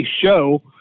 show